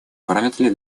параметры